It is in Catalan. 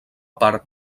part